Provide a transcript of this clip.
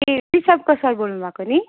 ए रिसभको सर बोल्नुभएको नि